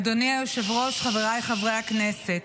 אדוני היושב-ראש, חבריי חברי הכנסת,